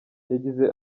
yagize